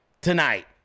tonight